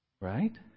Right